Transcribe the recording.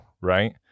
right